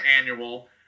annual